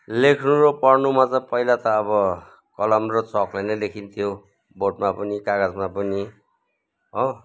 लेख्नु र पढ्नुमा त पहिला त अब कलम र चकले नै लेखिन्थ्यो बोर्डमा पनि कागजमा पनि हो